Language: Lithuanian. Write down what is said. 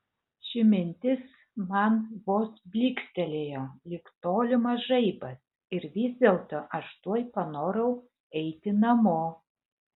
ši mintis man vos blykstelėjo lyg tolimas žaibas ir vis dėlto aš tuoj panorau eiti namo